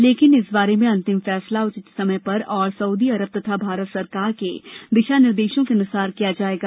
लेकिन इस बारे में अंतिम फैसला उचित समय पर और सऊदी अरब तथा भारत सरकार के दिशा निर्देशों के अनुसार किया जाएगा